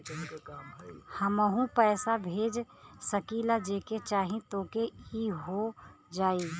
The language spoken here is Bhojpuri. हमहू पैसा भेज सकीला जेके चाही तोके ई हो जाई?